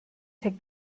take